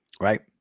right